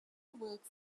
works